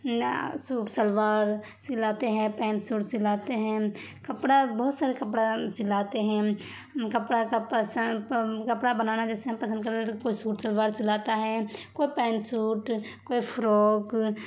suit shalwar سلاتے ہیں pant suit سلاتے ہیں کپڑا بہت سارے کپڑا سلاتے ہیں کپڑا کا کپڑا بنانا جیسے ہم پسند کرتے تو کوئی سوٹ شلوار سلاتا ہے کوئی پین سوٹ کوئی فروک